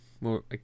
more